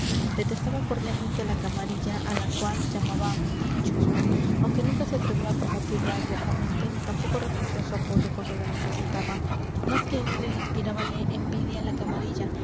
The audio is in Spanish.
detestaba cordialmente la camarilla a la cual llamaba vil chusma aunque nunca se atrevió a combatirla abiertamente ni tampoco renunció a su apoyo cuando lo necesitaba más que odio inspirábale envidia la camarilla